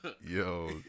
Yo